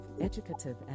educative